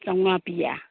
ꯆꯥꯝꯃꯉꯥ ꯄꯤꯌꯦ